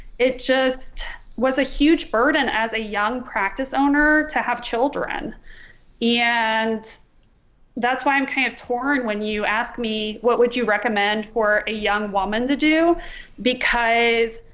it just was a huge burden as a young practice owner to have children yeah and that's why i'm kind of torn when you ask me what would you recommend for a young woman to do because,